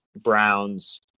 Browns